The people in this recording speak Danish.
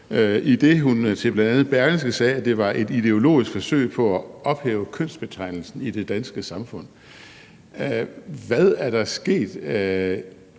idet hun til bl.a. Berlingske sagde, at det var et ideologisk forsøg på at ophæve kønsbetegnelsen i det danske samfund. Hvad er der sket